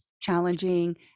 challenging